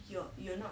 you are you're not